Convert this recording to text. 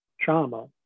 trauma